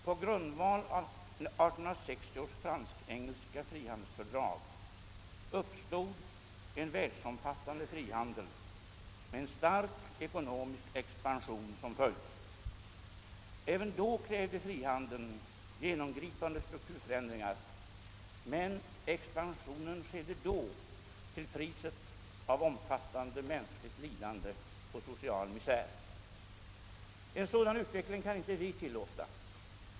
På grundval av 1860 års fransk-engelska frihandelsfördrag uppstod en världsomfattande frihandel med en stark ekonomisk expansion som följd. Även då krävde frihandeln genomgripande strukturförändringar, men expansionen skedde till priset av omfattande mänskligt lidande och social misär. En sådan utveckling kan inte vi tilllåta.